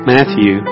Matthew